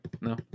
No